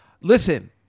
Listen